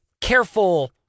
careful